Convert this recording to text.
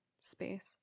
space